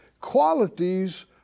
qualities